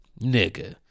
nigga